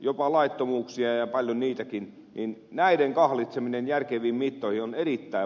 jopa laittomuuksia ja paljon niitäkin ja näiden kahlitseminen järkeviin mittoihin on erittäin vaikeaa